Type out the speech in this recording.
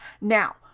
Now